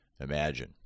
Imagine